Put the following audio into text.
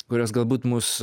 kurios galbūt mus